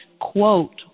quote